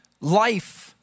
life